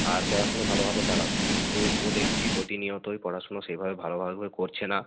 আর পড়াশুনো ভালোভাবে চালাও কিন্তু ও দেখছি প্রতিনিয়তই পড়াশুনো সেভাবে ভালোভাবে করছে না